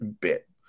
bit